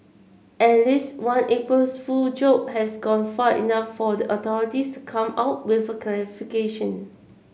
at least one April's Fool joke has gone far enough for the authorities to come out with a clarification